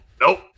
Nope